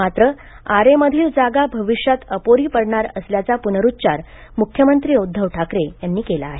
मात्र आरेमधली जागा भविष्यात अपुरी पडणार असल्याचा प्नरुच्चार मुख्यमंत्री उद्धव ठाकरे यांनी केला आहे